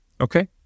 Okay